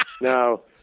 no